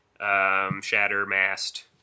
Shattermast